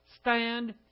Stand